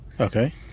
Okay